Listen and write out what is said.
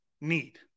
need